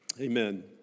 Amen